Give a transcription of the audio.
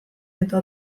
eta